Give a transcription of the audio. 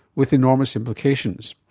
with enormous implications.